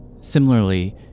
Similarly